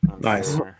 Nice